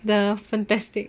the fantastic